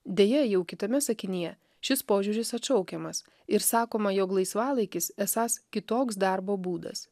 deja jau kitame sakinyje šis požiūris atšaukiamas ir sakoma jog laisvalaikis esąs kitoks darbo būdas